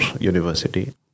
university